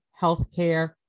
healthcare